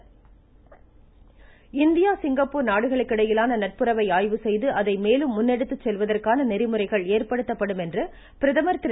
பிரதமர் India Singapore நாடுகளுக்கிடையிலான நட்புறவை ஆய்வு செய்து அதை மேலும் முன்னெடுத்து செல்வதற்கான நெறிமுறைகள் ஏற்படுத்தப்படும் என்று பிரதமர் திரு